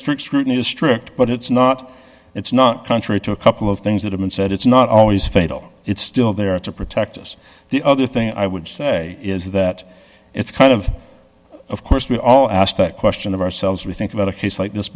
strict scrutiny district but it's not it's not contrary to a couple of things that have been said it's not always fatal it's still there to protect us the other thing i would say is that it's kind of of course we all ask that question of ourselves we think about a case like this